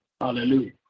Hallelujah